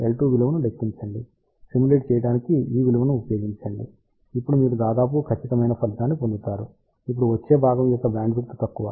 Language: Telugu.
4415 L2 విలువను లెక్కించండి సిమ్యులేట్ చేయడానికి ఈ విలువను ఉపయోగించండి ఇప్పుడు మీరు దాదాపు ఖచ్చితమైన ఫలితాన్ని పొందుతారు ఇప్పుడు వచ్చే భాగం యొక్క బ్యాండ్విడ్త్ తక్కువ